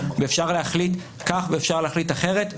אפשר להחליט כך ואפשר להחליט אחרת,